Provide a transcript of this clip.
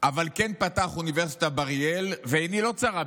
אבל כן פתח אוניברסיטה באריאל, ועיני לא צרה בכך,